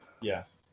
Yes